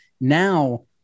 now